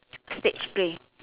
stage play